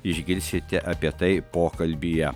išgirsite apie tai pokalbyje